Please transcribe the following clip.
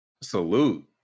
Salute